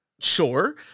Sure